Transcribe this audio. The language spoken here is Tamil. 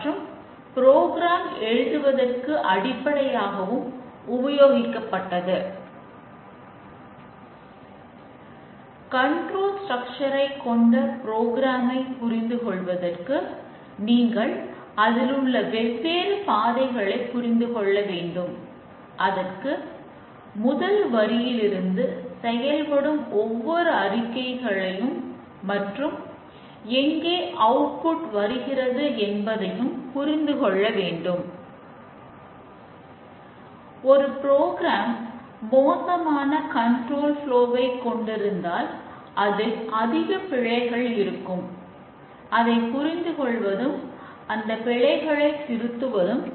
மற்றொரு அடிப்படைக் கருத்து வெரிஃபிகேஷன் ஆவணத்துடன் ஒத்திருக்கிறதா என்பதை தீர்மானிக்கும் செயல்முறையாகும்